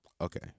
Okay